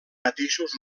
mateixos